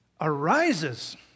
arises